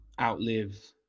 outlive